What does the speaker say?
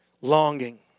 longing